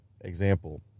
example